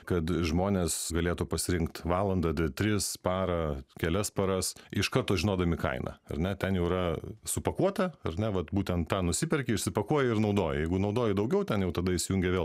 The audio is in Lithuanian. kad žmonės galėtų pasirinkt valandą tris parą kelias paras iš karto žinodami kainą ar ne ten jau yra supakuota ar ne vat būtent tą nusiperki išsipakuoji ir naudoji jeigu naudoji daugiau ten jau tada įsijungia vėl